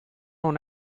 non